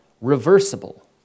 reversible